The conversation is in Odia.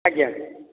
ଆଜ୍ଞା